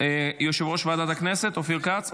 יושב-ראש ועדת הכנסת אופיר כץ?